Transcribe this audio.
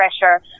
pressure